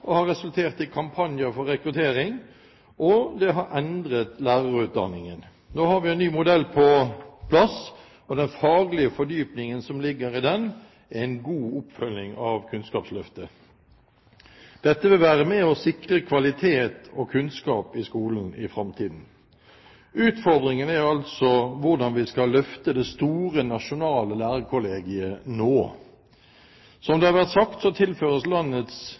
har resultert i kampanjer for rekruttering og det har endret lærerutdanningen. Nå har vi en ny modell på plass, og den faglige fordypningen som ligger i den, er en god oppfølging av Kunnskapsløftet. Dette vil være med på å sikre kvalitet og kunnskap i skolen i framtiden. Utfordringen er altså hvordan vi skal løfte det store, nasjonale lærerkollegiet nå! Som det har vært sagt, tilføres landets